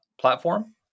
platform